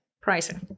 pricing